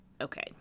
okay